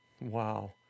Wow